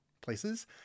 places